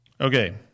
okay